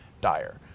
Dire